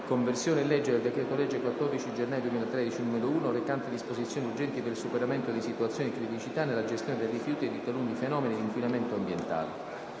Conversione in legge del decreto-legge 14 gennaio 2013, n. 1, recante disposizioni urgenti per il superamento di situazioni di criticità nella gestione dei rifiuti e di taluni fenomeni di inquinamento ambientale